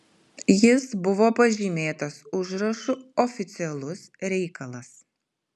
jis buvo pažymėtas užrašu oficialus reikalas